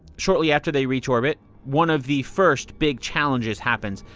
shortly after they reach orbit, one of the first, big challenges happens.